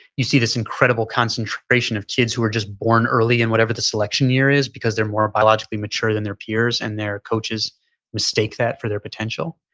you see this incredible concentration of kids who were just born early in whatever the selection year is because they're more biologically mature than their peers and their coaches mistake that for their potential.